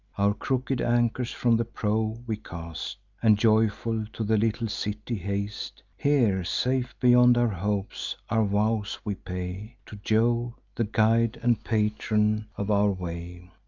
our crooked anchors from the prow we cast, and joyful to the little city haste. here, safe beyond our hopes, our vows we pay to jove, the guide and patron of our way.